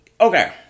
okay